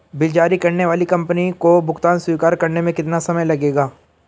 Bill जारी करने वाली कंपनी को भुगतान स्वीकार करने में कितना समय लगेगा?